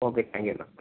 okay thank you എന്നാൽ